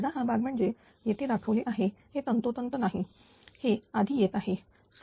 वजा हा भाग म्हणजेच येथे दाखवले आहे हे तंतोतंत नाही हे आधी येत आहे